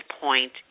point